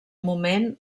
moment